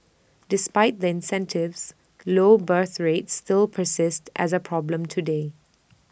despite the incentives low birth rates still persist as A problem today